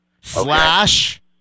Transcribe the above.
Slash